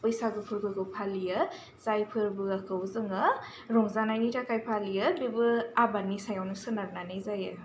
बैसागु फोरबोखौ फालियो जाय फोरबोखौ जोङो रंजानायनि थाखाय फालियो बेबो आबादनि सायावनो सोनारनानै जायो